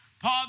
Paul